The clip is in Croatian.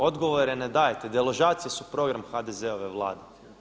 Odgovore ne dajete, deložacije su program HDZ-ove Vlade.